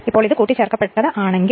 ഇത് കൂട്ടിചേർക്കപ്പെട്ട ത് ആണെങ്കിൽ